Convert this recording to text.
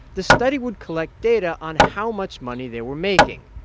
the study would collect data on how much money they were making.